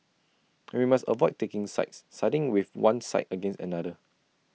and we must avoid taking sides siding with one side against another